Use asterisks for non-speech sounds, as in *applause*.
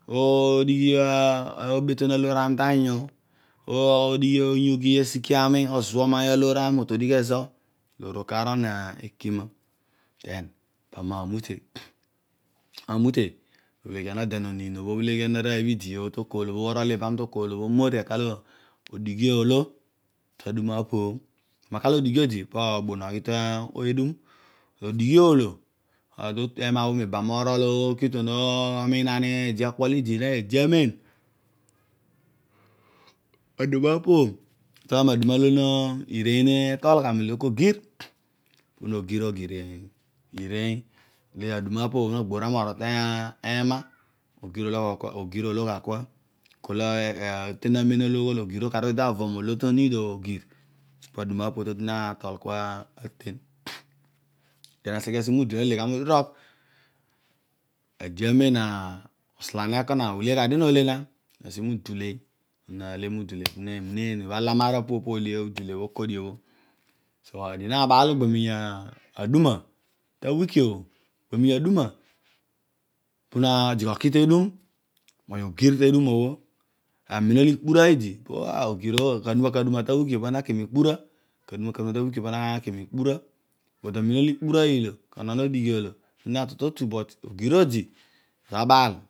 Oh odighi a obeton aloor ami tanyu, odighi onyugiiy agike ami ozuoghomaay aloor ami mo todigh ezo, aloor ke rol nekima, den pami na mute, *noise* mo bhe legtan ode noniin bho, obheleghian arooy bho idi te kool bho, orol iban to kool bho omori kar ove odighi olo ta duma opo bho uru laar olo odighi odi, pam obon oghi te elum, odighi pana orol tena oki ton omiin na ni ade apepo olo idi, ede amen *noise* aduna opo bhokin ireeny olo nutol gha milo ko ogiri pono ogir ireeny aduna ono bho kparam arol te men, ede amem ogir ole gha kua, oten amen olo ogir okar odi, ki no nid ogir pa aduma opo bho ta tueni atol kua aten, *noise* den aseghe asi mo udule nole gha modirogh, ede amen oslaan ekona ule gha dio no le, asi mudule, ana nale mudule po ne muneen, obho ala maar apu bho, po olo udule obham obaraka *unintelligible* awiin bho pana nale miikpura aduma olo ikpura, onon, odighi olo pana naki totu but ogir odi bha abaal.